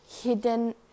hidden